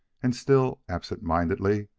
and, still absent-mindedly,